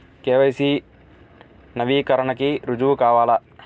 KYC నవీకరణకి రుజువు కావాలా?